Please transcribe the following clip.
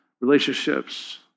relationships